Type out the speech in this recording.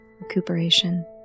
recuperation